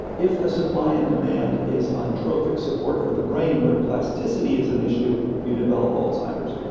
if the supply and demand is ah entropic support for the brain, where plasticity is an issue, you develop alzheimer's.